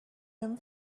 him